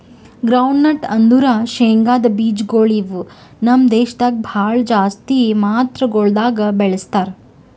groundnut ಅಂದುರ್ ಶೇಂಗದ್ ಬೀಜಗೊಳ್ ಇವು ನಮ್ ದೇಶದಾಗ್ ಭಾಳ ಜಾಸ್ತಿ ಮಾತ್ರಗೊಳ್ದಾಗ್ ಬೆಳೀತಾರ